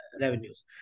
revenues